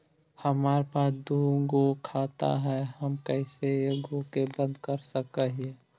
हमरा पास दु गो खाता हैं, हम कैसे एगो के बंद कर सक हिय?